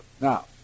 Now